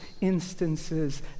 instances